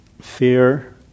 fear